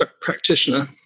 practitioner